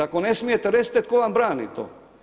Ako ne smijete, recite tko vam brani to?